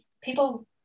people